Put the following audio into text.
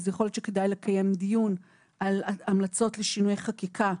אז יכול להיות שכדאי לקיים דיון על המלצות לשינויי חקיקה,